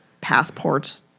passport